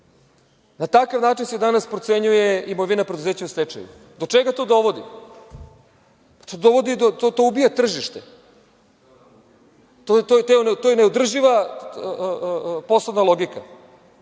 Na takav način se danas procenjuje imovina preduzeća u stečaju. Do čega to dovodi? To dovodi, to ubija tržište. To je neodrživa poslovna logika.